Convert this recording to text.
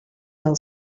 del